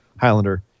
Highlander